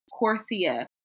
Corsia